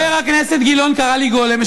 חבר הכנסת גילאון קרא לי "גולם".